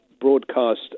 broadcast